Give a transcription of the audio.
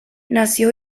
nació